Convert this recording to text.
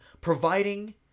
providing